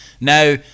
Now